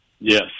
Yes